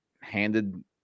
handed